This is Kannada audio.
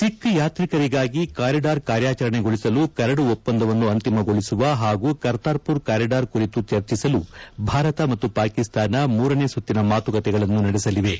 ಸಿಖ್ ಯಾತ್ರಿಕರಿಗಾಗಿ ಕಾರಿಡಾರ್ ಕಾರ್ಯಾಚರಣೆಗೊಳಿಸಲು ಕರಡು ಒಪ್ಸಂದವನ್ನು ಅಂತಿಮಗೊಳಿಸುವ ಹಾಗೂ ಖರ್ತಾರ್ಪುರ್ ಕಾರಿಡಾರ್ ಕುರಿತು ಚರ್ಚಿಸಲು ಭಾರತ ಮತ್ತು ಪಾಕಿಸ್ತಾನ ಮೂರನೇ ಸುತ್ತಿನ ಮಾತುಕತೆಗಳನ್ನು ನಡೆಸಲಿವೆ